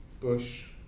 Bush